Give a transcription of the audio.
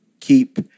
Keep